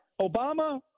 Obama